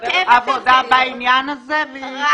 שאנחנו